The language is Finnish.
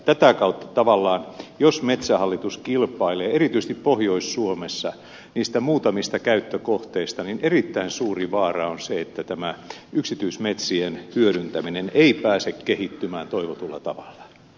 tätä kautta tavallaan jos metsähallitus kilpailee erityisesti pohjois suomessa niistä muutamista käyttökohteista erittäin suuri vaara on se että tämä yksityismetsien hyödyntäminen ei pääse kehittymään toivotulla tavalla